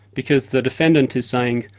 because the defendant is saying,